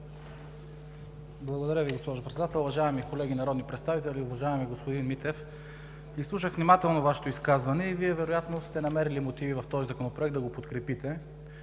Благодаря, госпожо Председател. Уважаеми колеги народни представители! Уважаеми господин Митев, изслушах внимателно Вашето изказване. Вие вероятно сте намерили мотиви в този Законопроект да го подкрепите,